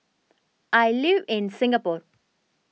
I live in Singapore